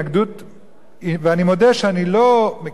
ואני מודה שאני לא מכיר את כל הניואנסים